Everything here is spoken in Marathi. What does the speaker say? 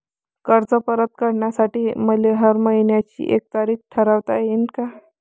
कर्ज परत करासाठी मले हर मइन्याची एक तारीख ठरुता येईन का?